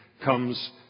comes